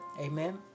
Amen